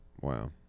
Wow